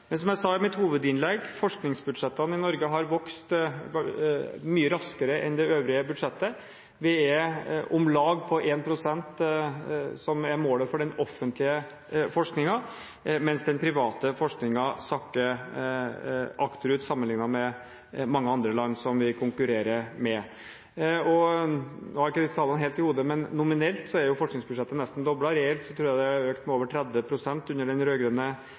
Men som jeg sa i mitt hovedinnlegg: Forskningsbudsjettene i Norge har vokst mye raskere enn det øvrige budsjettet. Vi er om lag på 1 pst., som er målet for den offentlige forskningen, mens den private forskningen sakker akterut sammenlignet med mange andre land som vi konkurrerer med. Nå har jeg ikke disse tallene helt i hodet, men nominelt er jo forskningsbudsjettet nesten doblet. Reelt tror jeg det har økt med over 30 pst. under den